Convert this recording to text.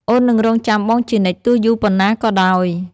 អូននឹងរង់ចាំបងជានិច្ច ទោះយូរប៉ុណ្ណាក៏ដោយ។